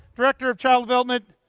director of child development,